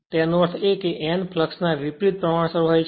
તેનો અર્થ એ છે કે n ફ્લક્ષ ના વિપરિત પ્રમાણસર હોય છે